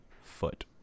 foot